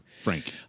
Frank